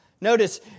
Notice